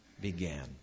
began